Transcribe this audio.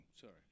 Sorry